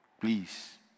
please